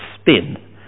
spin